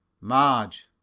marge